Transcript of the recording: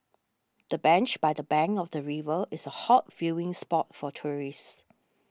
the bench by the bank of the river is a hot viewing spot for tourists